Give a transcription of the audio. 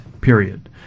period